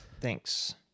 Thanks